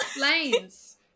Lane's